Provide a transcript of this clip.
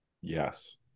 Yes